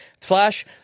Flash